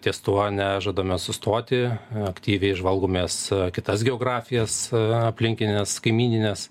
ties tuo nežadame sustoti aktyviai žvalgomės į kitas geografijas aplinkines kaimynines